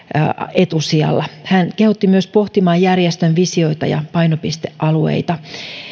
etusijalla hän kehotti myös pohtimaan järjestön visioita ja painopistealueita